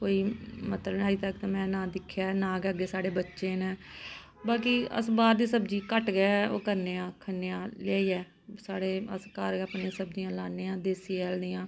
कोई मतलव अज तक मैं ना दिक्खेआ ना गै साढ़ै अग्गैं बच्चे नै बाकी अस बाह्र दी सब्जी ओ घट्ट गै करने आं खन्ने आं लेआईयै साढ़े अस घर गै अपने सब्जियां लानें आं देस्सी हैल दियां